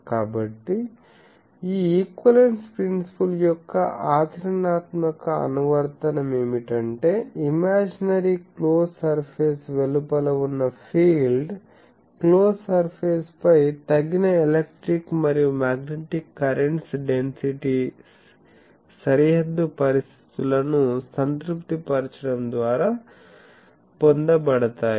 కాబట్టి ఈ equivalence principle యొక్క ఆచరణాత్మక అనువర్తనం ఏమిటంటే ఇమాజినరీ క్లోజ్ సర్ఫేస్ వెలుపల ఉన్న ఫీల్డ్ క్లోజ్ సర్ఫేస్ పై తగిన ఎలక్ట్రిక్ మరియు మ్యాగ్నెటిక్ కరెంట్స్ డెన్సిటీస్ సరిహద్దు పరిస్థితులను సంతృప్తిపరచడం ద్వారా పొందబడతాయి